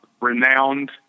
renowned